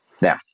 Now